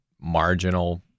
marginal